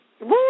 Woo